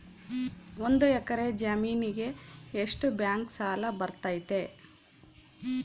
ಒಂದು ಎಕರೆ ಜಮೇನಿಗೆ ಎಷ್ಟು ಬ್ಯಾಂಕ್ ಸಾಲ ಬರ್ತೈತೆ?